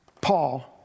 Paul